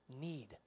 need